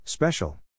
Special